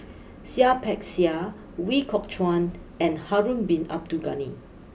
Seah Peck Seah Ooi Kok Chuen and Harun Bin Abdul Ghani